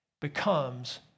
becomes